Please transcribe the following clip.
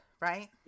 right